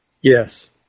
Yes